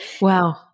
Wow